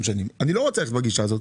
אני לא רוצה ללכת בגישה הזו,